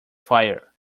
fire